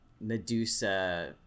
Medusa